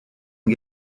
ont